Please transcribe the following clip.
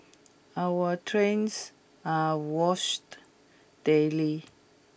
our trains are washed daily